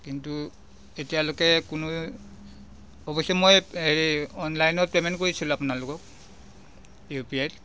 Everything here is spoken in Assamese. কিন্তু এতিয়ালৈকে কোনো অৱশ্যে মই হেৰি অনলাইনত পেমেন্ট কৰিছিলোঁ আপোনালোকক ইউ পি আইত